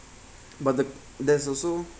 but the there's also